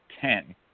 ten